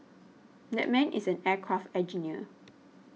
that man is an aircraft engineer